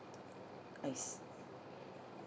I see